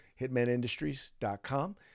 hitmanindustries.com